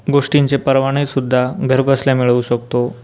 गोष्टींचे परवानेसुद्धा घरबसल्या मिळवू शकतो